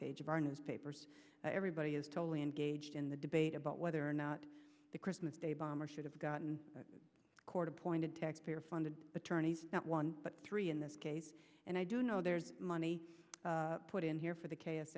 of our newspapers everybody is totally engaged in the debate about whether or not the christmas day bomber should have gotten a court appointed tax payer funded attorneys not one but three in this case and i do know there's money put in here for the